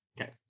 Okay